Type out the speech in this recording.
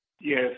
Yes